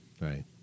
Right